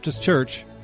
Church